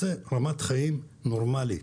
רוצה רמת חיים נורמלי.